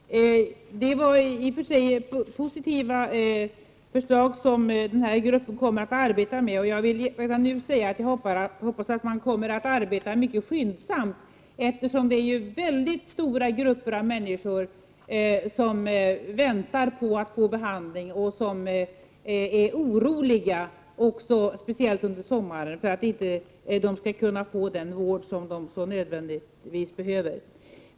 Herr talman! Det var i och för sig positivt att höra vilka frågor den här gruppen kommer att arbeta med. Jag vill redan nu säga att jag hoppas att man kommer att arbeta mycket skyndsamt, eftersom det är mycket stora grupper av människor som väntar på att få behandling och som är oroliga — särskilt inför sommaren -— för att inte få den vård som de nödvändigtvis behöver.